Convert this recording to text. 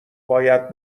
باید